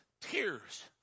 tears